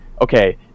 okay